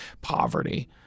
poverty